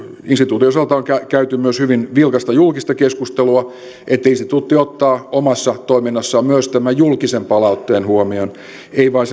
instituutin osalta on käyty myös hyvin vilkasta julkista keskustelua niin instituutti ottaa omassa toiminnassaan myös tämän julkisen palautteen huomioon ei vain